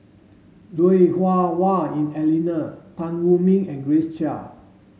Lui Hah Wah Elena Tan Wu Meng and Grace Chia